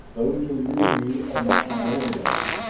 those who rule you are not my overlords.